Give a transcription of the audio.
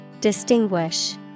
Distinguish